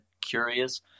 curious